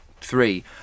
Three